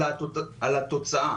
אלא גם על התוצאה.